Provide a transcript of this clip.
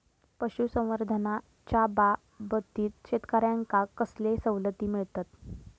पशुसंवर्धनाच्याबाबतीत शेतकऱ्यांका कसले सवलती मिळतत?